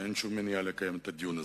ואין שום מניעה לקיים את הדיון הזה.